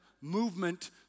movement